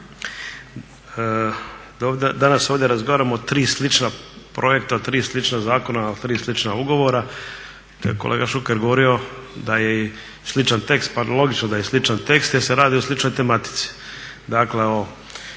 Danas ovdje razgovaramo o tri slična projekta, o tri slična zakona, o tri slična ugovora. To je kolega Šuker govorio da je i sličan tekst, pa i logično je da je sličan tekst jer se radi o sličnoj tematici,